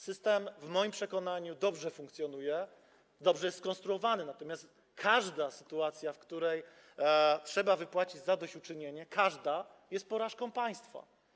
System, w moim przekonaniu, dobrze funkcjonuje, jest dobrze skonstruowany, natomiast każda sytuacja, w której trzeba wypłacić zadośćuczynienie, jest porażką państwa.